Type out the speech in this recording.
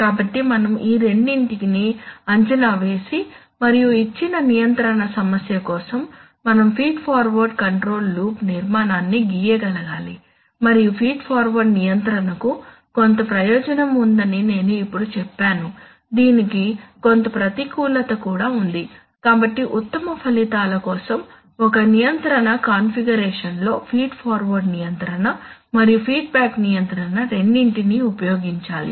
కాబట్టి మనం ఈ రెండింటిని అంచనా వేసి మరియు ఇచ్చిన నియంత్రణ సమస్య కోసం మనం ఫీడ్ ఫార్వర్డ్ కంట్రోల్ లూప్ నిర్మాణాన్ని గీయగలగాలి మరియు ఫీడ్ఫార్వర్డ్ నియంత్రణకు కొంత ప్రయోజనం ఉందని నేను ఇప్పుడు చెప్పాను దీనికి కొంత ప్రతికూలత కూడా ఉంది కాబట్టి ఉత్తమ ఫలితాల కోసం ఒక నియంత్రణ కాన్ఫిగరేషన్లో ఫీడ్ఫార్వర్డ్ నియంత్రణ మరియు ఫీడ్బ్యాక్ నియంత్రణ రెండింటినీ ఉపయోగించాలి